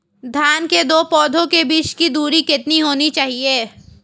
धान के दो पौधों के बीच की दूरी कितनी होनी चाहिए?